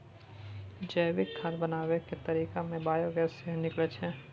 जैविक खाद बनाबै केर तरीका मे बायोगैस सेहो निकलै छै